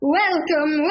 welcome